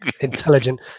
intelligent